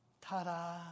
Ta-da